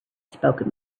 spoken